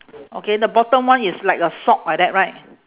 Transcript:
okay the bottom one is like a sock like that right